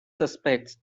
suspects